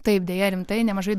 taip deja rimtai nemažai